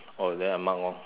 oh then I mark lor